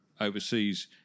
overseas